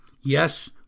Yes